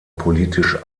politisch